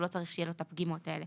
לא צריך שיהיה לו את הפגימות האלה,